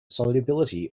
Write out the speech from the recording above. solubility